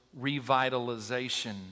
revitalization